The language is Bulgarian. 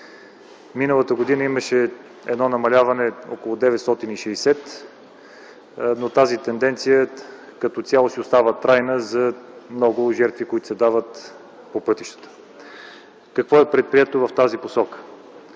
Миналата година имаше намаляване – около 960. Тази тенденция като цяло си остава трайна - много жертви, които се дават по пътищата. Какво е предприето в тази посока?